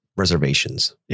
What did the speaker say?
reservations